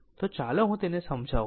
તો ચાલો હું તેને સમજાવું